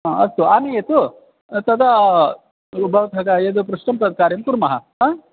अ अस्तु आनयतु तदा भवतः दा यद् पृष्टं तद् कार्यं कुर्मः हा